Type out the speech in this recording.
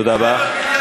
תודה רבה.